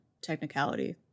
technicality